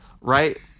right